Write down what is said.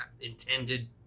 intended